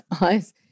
eyes